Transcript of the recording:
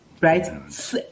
right